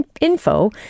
info